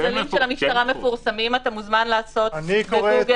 הכללים של המשטרה מפורסמים, אתה מוזמן לעשות גוגל